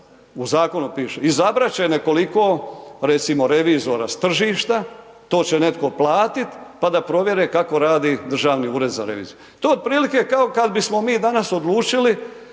u zakonu piše, izabrati će nekoliko recimo revizora s tržišta, to će netko platiti, pa da provjere kako radi Državni ured za reviziju. To je otprilike, kao kada bismo mi danas, odlučili